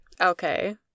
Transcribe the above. Okay